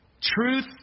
Truth